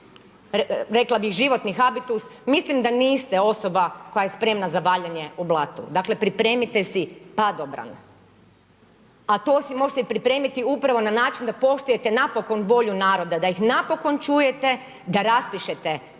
rekla bih životni habitus, mislim da niste osoba koja je spremna za valjanje u blatu. Dakle pripremite si padobran. A to si možete pripremiti, upravo na način, da poštujete volju naroda, da ih napokon čujete, da raspišete taj